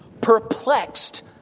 perplexed